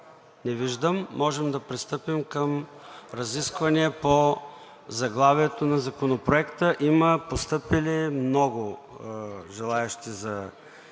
Не виждам. Може да пристъпим към разисквания по заглавието на Законопроекта. Има постъпили много желаещи за